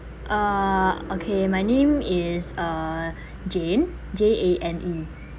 uh okay my name is uh jane J A N E